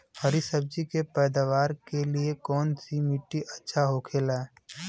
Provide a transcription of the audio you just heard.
हरी सब्जी के पैदावार के लिए कौन सी मिट्टी अच्छा होखेला?